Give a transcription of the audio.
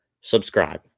Subscribe